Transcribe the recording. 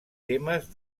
temes